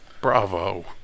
Bravo